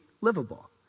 livable